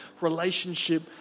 relationship